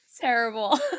terrible